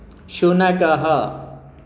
शुनकः